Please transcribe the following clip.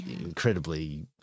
incredibly